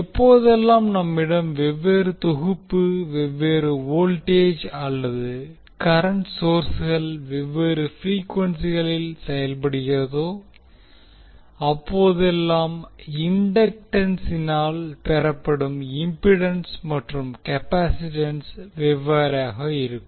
எப்போதெல்லாம் நம்மிடம் வெவ்வேறு தொகுப்பு வெவ்வேறு வோல்டேஜ் அல்லது கரண்ட் சோர்ஸ்கள் வெவ்வேறு ப்ரீக்வென்சிகளில் செயல்படுகிறதோ அப்போதெல்லாம் இண்டக்டன்ஸினால் பெறப்படும் இம்பிடன்ஸ் மற்றும் கெபாசிட்டன்ஸ் வெவ்வேறாக இருக்கும்